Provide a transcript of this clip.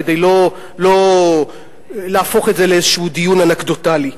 כדי לא להפוך את זה לאיזשהו דיון אנקדוטלי,